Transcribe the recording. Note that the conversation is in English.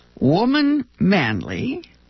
woman-manly